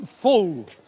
full